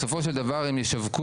בסופו של דבר הם ישווקו,